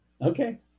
Okay